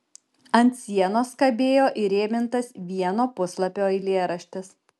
ant sienos kabėjo įrėmintas vieno puslapio eilėraštis